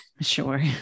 Sure